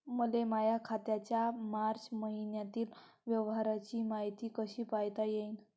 मले माया खात्याच्या मार्च मईन्यातील व्यवहाराची मायती कशी पायता येईन?